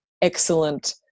excellent